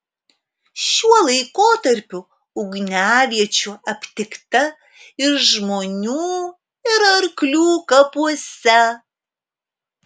šiuo laikotarpiu ugniaviečių aptikta ir žmonių ir arklių kapuose